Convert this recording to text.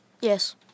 Yes